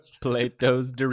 Plato's